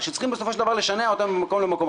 צריכים בסופו של דבר לשנע אותן ממקום למקום.